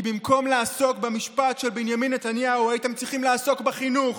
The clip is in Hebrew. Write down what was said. כי במקום לעסוק במשפט של בנימין נתניהו הייתם צריכים לעסוק בחינוך